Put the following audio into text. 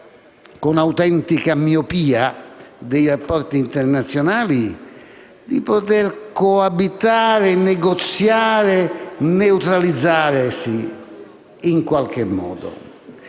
con autentica miopia nei rapporti internazionali, di poter coabitare, negoziare e neutralizzare con esso in qualche modo.